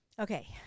Okay